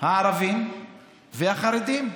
הערבים והחרדים.